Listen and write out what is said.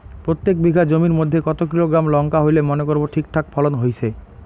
প্রত্যেক বিঘা জমির মইধ্যে কতো কিলোগ্রাম লঙ্কা হইলে মনে করব ঠিকঠাক ফলন হইছে?